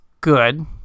good